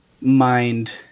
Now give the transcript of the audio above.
mind